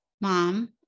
Mom